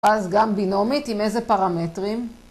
‫אז גם בינומית עם איזה פרמטרים?